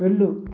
వెళ్ళు